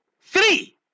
three